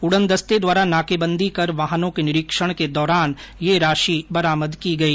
उडनदस्ते द्वारा नाकेबंदी कर वाहनों के निरीक्षण के दौरान यह राशि बरामद की गई